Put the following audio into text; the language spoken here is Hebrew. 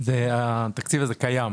התקציב הזה קיים.